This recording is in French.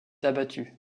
abattu